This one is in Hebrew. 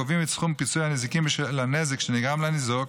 קובעים את סכום פיצויי הנזיקין בשל הנזק שנגרם לניזוק